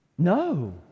No